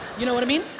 you know what i mean?